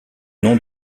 nom